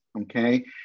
Okay